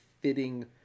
fitting